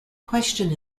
question